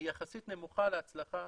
יחסית נמוכה להצלחה